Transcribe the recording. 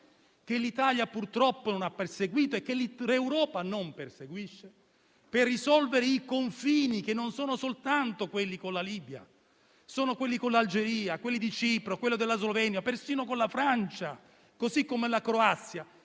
che l'Italia, purtroppo, non ha perseguito e che l'Europa non persegue per risolvere i problemi dei confini, che non sono soltanto quelli con la Libia; sono quelli con l'Algeria, con Cipro, con la Slovenia, persino con la Francia, così come con la Croazia.